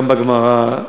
גם בגמרא,